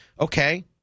okay